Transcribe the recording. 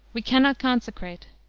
we cannot consecrate,